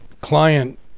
client